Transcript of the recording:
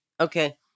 Okay